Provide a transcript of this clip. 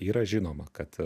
yra žinoma kad